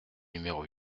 numéro